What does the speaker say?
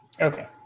Okay